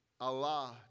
Allah